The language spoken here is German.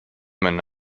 meine